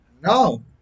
No